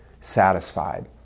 satisfied